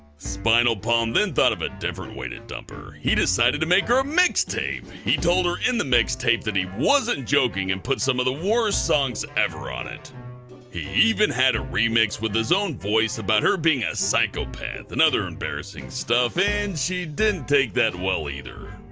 spinalpalm then thought of a different way to dump her, and decided to make her a mixtape. he told her in the mixtape that he wasn't joking and put some of the worst songs ever on it. he even had a remix with his own voice about her being a psychopath and other embarrassing stuff, and she didn't take that well, either.